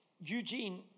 Eugene